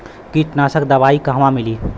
कीटनाशक दवाई कहवा मिली?